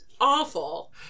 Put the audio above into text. awful